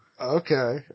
okay